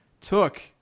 took